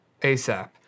ASAP